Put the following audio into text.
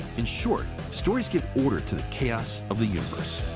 in short, stories give order to the chaos of the universe.